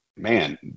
man